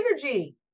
energy